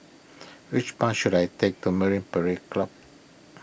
which bus should I take to Marine Parade Club